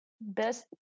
best